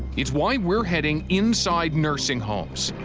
it's why we're heading inside nursing homes.